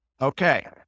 Okay